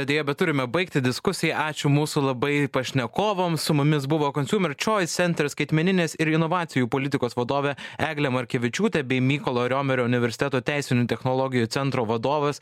deja bet turime baigti diskusiją ačiū mūsų labai pašnekovams su mumis buvo consumer choice center skaitmeninės ir inovacijų politikos vadovė eglė markevičiūtė bei mykolo romerio universiteto teisinių technologijų centro vadovas